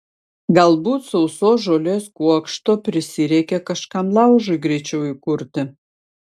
galbūt sausos žolės kuokšto prisireikė kažkam laužui greičiau įkurti